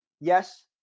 yes